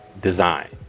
design